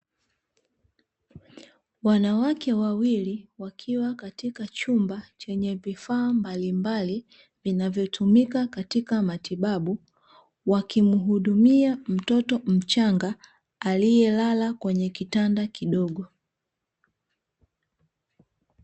Wanawake wawili wakiwa katika chumba chenye vifaa mbalimbali vinavyotumika katika matibabu wakimuhudumia mtoto mchanga aliyelala kwenye kitanda kidogo.